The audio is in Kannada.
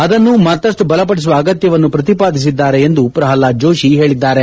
ಇದನ್ನು ಮತ್ತಷ್ಟು ಬಲಪಡಿಸುವ ಅಗತ್ತವನ್ನು ಪ್ರತಿಪಾದಿಸಿದ್ದಾರೆ ಎಂದು ಪ್ರಹ್ಲಾದ್ ಜೋಷಿ ಹೇಳಿದ್ದಾರೆ